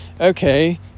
okay